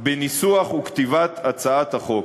בניסוח וכתיבת הצעת החוק.